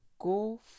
Go